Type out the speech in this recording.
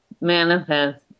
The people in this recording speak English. manifest